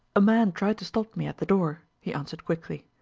a man tried to stop me at the door, he answered quickly.